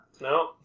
No